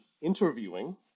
interviewing